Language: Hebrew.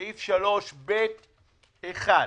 סעיף 3(ב)(1)